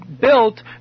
built